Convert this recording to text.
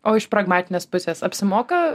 o iš pragmatinės pusės apsimoka